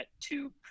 two